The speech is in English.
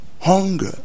hunger